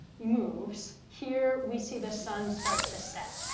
moves here we see the sun start to set.